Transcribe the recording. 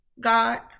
God